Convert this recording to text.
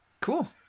Cool